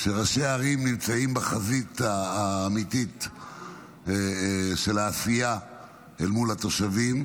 וראשי הערים נמצאים בחזית האמיתית של העשייה מול התושבים.